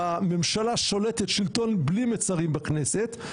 והממשלה שולטת שלטון בלי מצרים בכנסת,